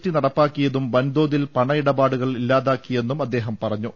T നടപ്പാക്കിയതും വൻതോ തിൽ പണഇടപാടുകൾ ഇല്ലാതാക്കിയെന്നും അദ്ദേഹം പറഞ്ഞു